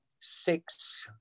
six